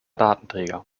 datenträger